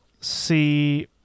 see